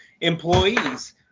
employees